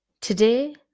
Today